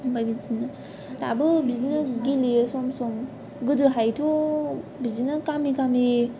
ओमफाय बिदिनो दाबो बिदिनो गेलेयो सम सम गोदोहायथ' बिदिनो गामि गामि